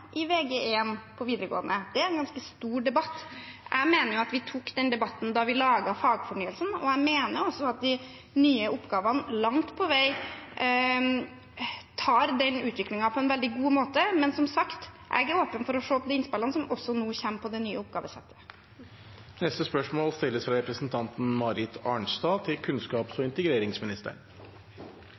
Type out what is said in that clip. da vi laget fagfornyelsen, og jeg mener også at de nye oppgavene langt på vei tar den utviklingen på en veldig god måte. Men som sagt, jeg er åpen for å se på de innspillene som nå kommer på det nye oppgavesettet. Jeg tillater meg å stille følgende spørsmål til kunnskaps- og integreringsministeren: